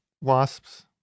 wasps